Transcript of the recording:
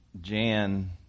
Jan